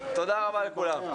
תודה רבה לכולם.